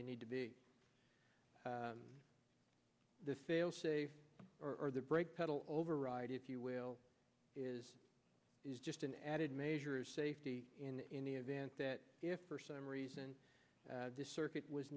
they need to be the failsafe for the brake pedal override if you will is is just an added measure safety in the event that if for some reason this circuit was